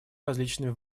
различными